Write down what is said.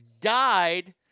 died